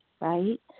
right